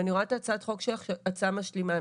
ואני רואה את הצעת החוק שלך כהצעה משלימה,